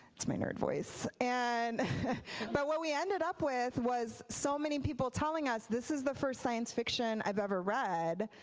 that's my nerd voice. and but what we ended up with was so many people telling us this was the first science fiction i've ever read,